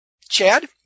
chad